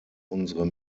unsere